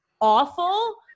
awful